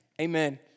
amen